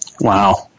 Wow